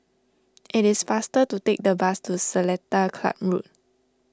it is faster to take the bus to Seletar Club Road